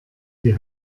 die